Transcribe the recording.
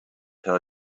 her